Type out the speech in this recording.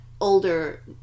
older